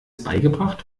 beigebracht